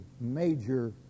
major